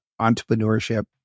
entrepreneurship